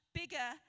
bigger